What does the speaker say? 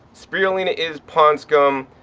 spirulina is pond scum,